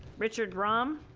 richard rum,